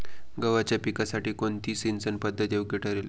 गव्हाच्या पिकासाठी कोणती सिंचन पद्धत योग्य ठरेल?